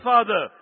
Father